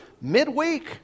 midweek